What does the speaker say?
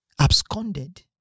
absconded